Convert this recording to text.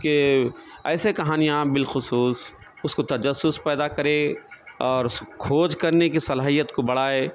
کہ ایسے کہانیاں بالخصوص اس کو تجسس پیدا کرے اور کھوج کرنے کی صلاحیت کو بڑھائے